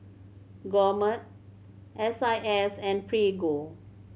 Gourmet S I S and Prego